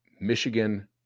Michigan